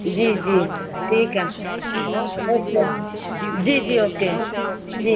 جی جی ٹھیک ہے اوکے اوکے جی جی اوکے ٹھیک